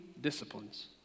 disciplines